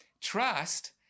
trust